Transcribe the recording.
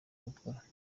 gukora